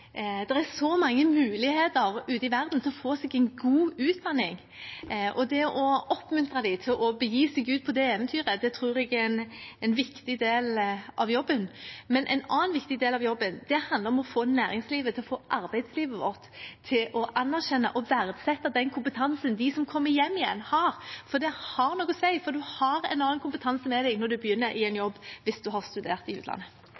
så mange muligheter ute i verden til å få seg en god utdanning, og det å oppmuntre dem til å begi seg ut på det eventyret, tror jeg er en viktig del av jobben. En annen viktig del av jobben handler om å få næringslivet og arbeidslivet vårt til å anerkjenne og verdsette den kompetansen de som kommer hjem igjen, har. Det har noe å si, for man har en annen kompetanse med seg når man begynner i en jobb, hvis man har studert i utlandet.